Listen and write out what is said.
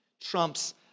trumps